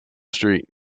street